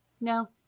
No